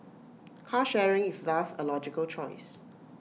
car sharing is thus A logical choice